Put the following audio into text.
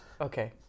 Okay